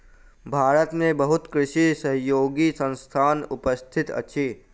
भारत में बहुत कृषि सहयोगी संस्थान उपस्थित अछि